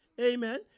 Amen